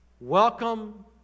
welcome